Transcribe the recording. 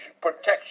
protection